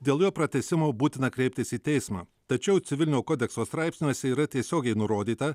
dėl jo pratęsimo būtina kreiptis į teismą tačiau civilinio kodekso straipsniuose yra tiesiogiai nurodyta